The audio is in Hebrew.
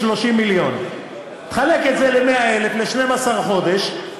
ונציגיך מהנהלת המשרד באזור חיפה היו